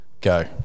go